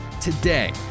today